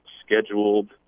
scheduled